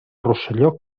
rosselló